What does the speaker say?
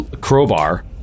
crowbar